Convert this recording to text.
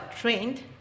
trained